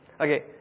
Okay